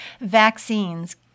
Vaccines